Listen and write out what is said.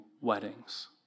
weddings